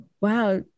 Wow